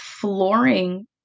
flooring